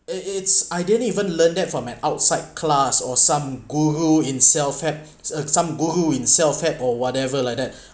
it it's I didn't even learn that from an outside class or some guru in self had uh some guru in self had or whatever like that